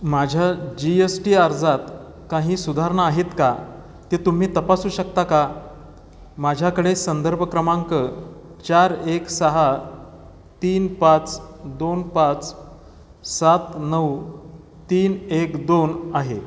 माझ्या G S T अर्जात काही सुधारणा आहेत का ते तुम्ही तपासू शकता का माझ्याकडे संदर्भ क्रमांक चार एक सहा तीन पाच दोन पाच सात नऊ तीन एक दोन आहे